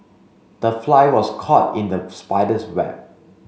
the fly was caught in the spider's web